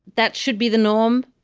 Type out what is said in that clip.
that should be the norm.